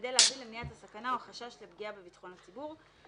כדי להביא למניעת הסכנה או החשש לפגיעה בביטחון הציבור,